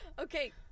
Okay